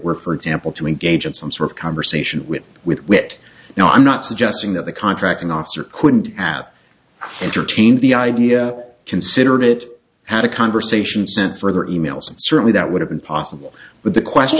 were for example to engage in some sort of conversation with whit no i'm not suggesting that the contracting officer couldn't have entertained the idea considered it had a conversation sent further emails and certainly that would have been possible but the question